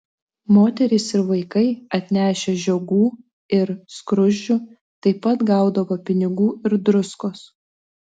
moterys ir vaikai atnešę žiogų ir skruzdžių taip pat gaudavo pinigų ir druskos